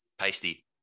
Pasty